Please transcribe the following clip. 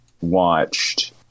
watched